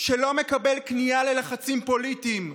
שלא מקבל כניעה ללחצים פוליטיים,